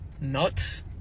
Nuts